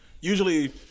usually